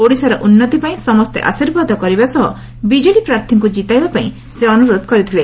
ଓଡିଶାର ଉନୁତି ପାଇଁ ସମସେ ଆର୍ଶୀବାଦ କରିବା ସହ ବିଜେଡି ପ୍ରାର୍ଥୀଙ୍କୃ ଜିତାଇବା ପାଇଁ ସେ ଅନୁରୋଧ କରିଥିଲେ